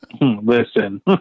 Listen